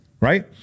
right